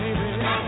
baby